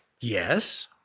Yes